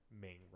main